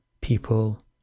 people